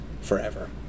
forever